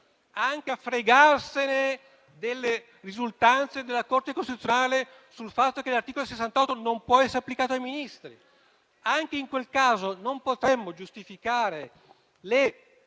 anche a fregarsene delle risultanze della Corte costituzionale sul fatto che l'articolo 68 non può essere applicato ai Ministri, non potremmo giustificare le